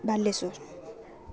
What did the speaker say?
Balasore